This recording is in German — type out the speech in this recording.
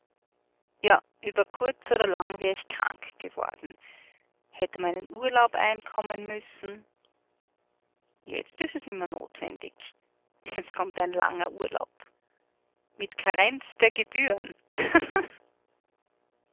ja über kurz oder lang wär ich krank geworden hätt um einen urlaub einkommen müssen jetzt ist es nicht mehr notwendig jetzt kommt ein langer urlaub mit karenz der gebühren